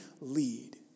lead